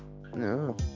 No